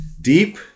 deep